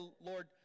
Lord